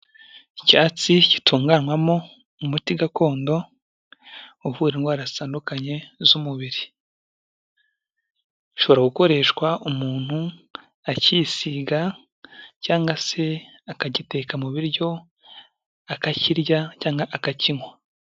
Icyatsi gitunganywamo umuti gakondo uvura indwaratandukanye z'umubiri, gishobora gukoreshwa umuntu akisiga cyangwa se akagiteka mu biryo akakirya cyangwa akakiywa.